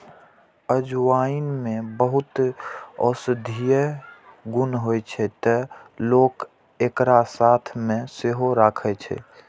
अजवाइन मे बहुत औषधीय गुण होइ छै, तें लोक एकरा साथ मे सेहो राखै छै